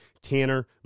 Tanner